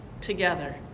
together